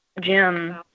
Jim